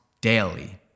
daily